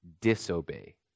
disobey